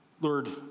Lord